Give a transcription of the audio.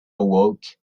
awoke